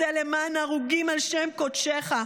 עשה למען הרוגים על שם קודשך,